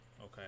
Okay